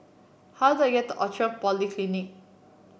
how do I get to Outram Polyclinic